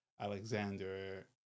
Alexander